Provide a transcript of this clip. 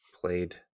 Played